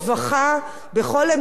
בכל אמצעי התקשורת,